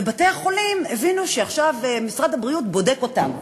ובתי-החולים הבינו שעכשיו משרד הבריאות בודק אותם,